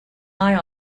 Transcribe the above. eye